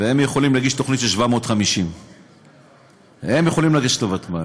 והם יכולים להגיש תוכנית של 750. הם יכולים לגשת לוותמ"ל.